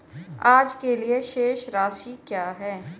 आज के लिए शेष राशि क्या है?